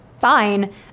Fine